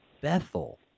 Bethel